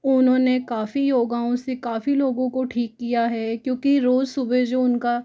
उन्होंने काफ़ी योगाओं से काफ़ी लोगों को ठीक किया है क्योंकि रोज सुबह जो उनका